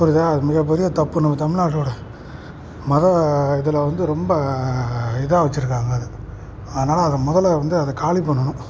புரியுதா அது மிகப்பெரிய தப்பு நம்ம தமிழ்நாட்டோட மத இதில் வந்து ரொம்ப இதாக வச்சுருக்காங்க அதை அதனால அதை முதல்ல வந்து அதை காலி பண்ணணும்